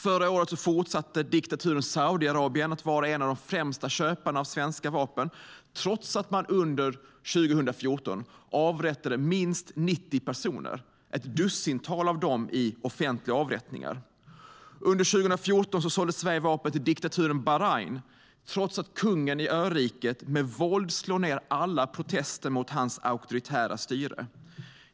Förra året fortsatte diktaturen Saudiarabien att vara en av de främsta köparna av svenska vapen trots att man under 2014 avrättade minst 90 personer, ett dussintal av dem i offentliga avrättningar. Under 2014 sålde Sverige vapen till diktaturen Bahrain trots att kungen i öriket med våld slår ned alla protester mot hans auktoritära styre.